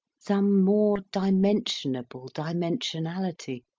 some more dimensionable dimensionality,